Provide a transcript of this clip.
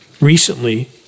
Recently